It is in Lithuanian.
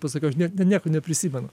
pasakiau aš nie nieko neprisimenu